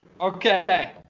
Okay